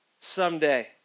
someday